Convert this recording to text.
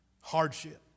Hardship